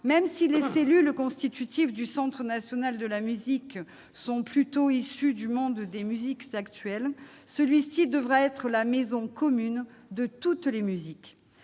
Même si les cellules constitutives du Centre national de la musique sont plutôt issues du monde des musiques actuelles, le CNM devra être la maison commune de toutes les musiques.